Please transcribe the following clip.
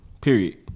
period